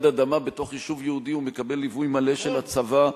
אדמה בתוך יישוב יהודי הוא מקבל ליווי מלא של הצבא,